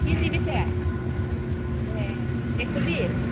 केजि बेसे ए एकस' बिस